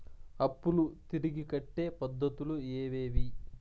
అప్పులు తిరిగి కట్టే పద్ధతులు ఏవేవి